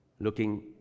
looking